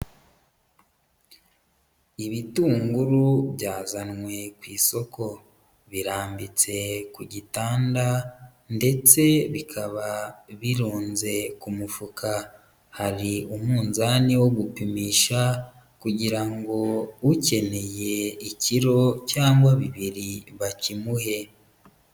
Ibitunguru byazanwe ku isoko, birambitse ku gitanda ndetse bikaba bironze ku mufuka, hari umunzani wo gupimisha kugira ngo ukeneye ikiro cyangwa bibiri bakimuhe.